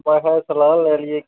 ਮੈਂ ਕਿਹਾ ਸਲਾਹ ਲੈ ਲਈਏ